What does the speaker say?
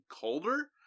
colder